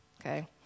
okay